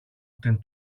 την